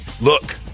Look